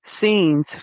scenes